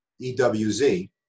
EWZ